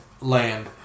land